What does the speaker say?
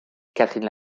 catherine